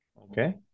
okay